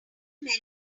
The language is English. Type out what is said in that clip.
menu